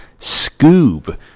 Scoob